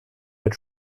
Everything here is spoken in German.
mit